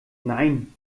nein